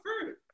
fruit